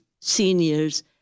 seniors